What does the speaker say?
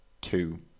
two